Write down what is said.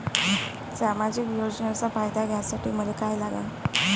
सामाजिक योजनेचा फायदा घ्यासाठी मले काय लागन?